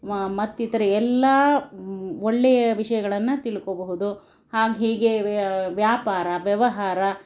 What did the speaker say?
ಮತ್ತಿತರ ಎಲ್ಲ ಒಳ್ಳೆಯ ವಿಷಯಗಳನ್ನು ತಿಳ್ಕೋಬಹುದು ಹಾಗೆ ಹೀಗೆಯೇ ವ್ಯಾಪಾರ ವ್ಯವಹಾರ